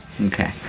Okay